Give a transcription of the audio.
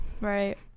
right